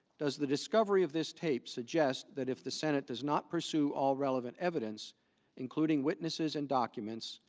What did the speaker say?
does the discovery of this tape suggest that if the senate does not pursue all relevant evidence including witnesses and documents,